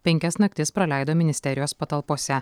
penkias naktis praleido ministerijos patalpose